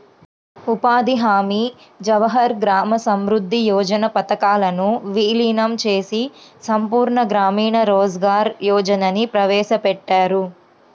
ఉపాధి హామీ, జవహర్ గ్రామ సమృద్ధి యోజన పథకాలను వీలీనం చేసి సంపూర్ణ గ్రామీణ రోజ్గార్ యోజనని ప్రవేశపెట్టారు